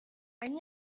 ein